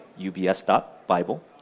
ubs.bible